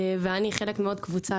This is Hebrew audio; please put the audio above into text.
ואני חלק מעוד קבוצה,